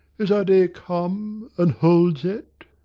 is our day come? and holds it?